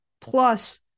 Plus